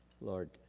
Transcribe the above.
Lord